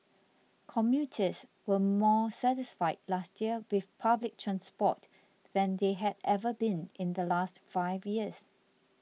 commuters were more satisfied last year with public transport than they had ever been in the last five years